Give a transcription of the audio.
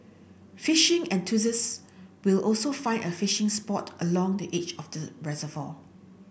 fishing enthusiast will also find a spot along the edge of the reservoir